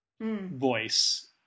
voice